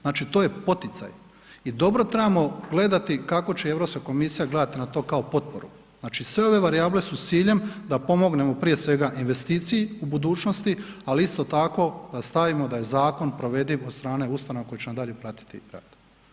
Znači to je poticaj i dobro trebamo gledati kako će EU komisija gledati na to kao potporu, znači sve ove varijable su s ciljem da pomognemo prije svega investiciji u budućnosti, ali isto tako da stavimo da je zakon provediv od strane ustanova koja će onda dalje pratiti rad.